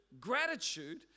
gratitude